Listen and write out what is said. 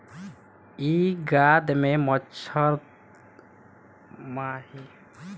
इ खाद में मच्छर माछी ना बढ़ेला अउरी ना ही प्रदुषण होखेला